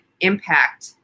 impact